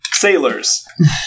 Sailors